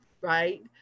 right